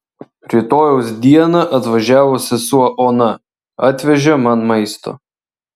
rytojaus dieną atvažiavo sesuo ona atvežė man maisto